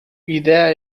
ideea